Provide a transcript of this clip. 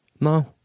No